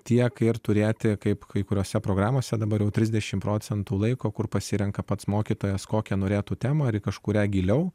tiek ir turėti kaip kai kuriose programose dabar trisdešim procentų laiko kur pasirenka pats mokytojas kokią norėtų temą ar kažkurią giliau